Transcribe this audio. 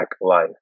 life